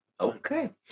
Okay